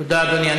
תודה, אדוני.